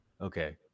Okay